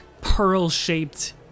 pearl-shaped